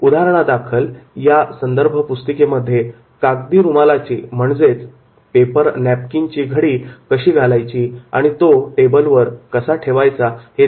उदाहरणादाखल या संदर्भ पुस्तिकेमध्ये कागदी रुमालाची पेपर नॅपकिन घडी कशी घालायची आणि तो कसा ठेवायचा हे देखील सांगितले आहे